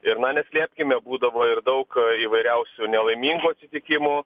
ir na neslėpkime būdavo ir daug įvairiausių nelaimingų atsitikimų